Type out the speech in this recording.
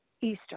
Eastern